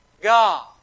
God